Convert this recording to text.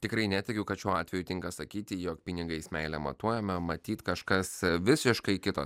tikrai neteigiu kad šiuo atveju tinka sakyti jog pinigais meilė matuojama matyt kažkas visiškai kitos